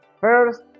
First